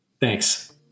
thanks